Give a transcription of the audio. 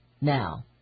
Now